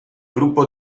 gruppo